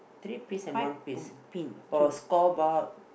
five p~ pin two